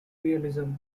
realism